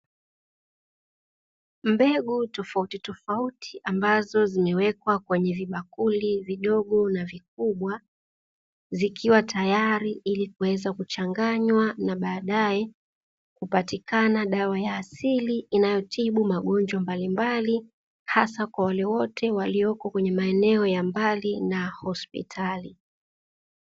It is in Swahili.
Mbegu tofauti tofauti ambazo zimewekwa kwenye vibakuli vidogo na vikubwa zikiwa tayari ili kuweza kuchanganywa, na baadae kupatikana dawa ya asili inayotibu magonjwa mbalimbali hasa kwa wale wote walioko kwenye maeneo ya mbali na hospitali.